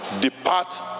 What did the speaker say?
depart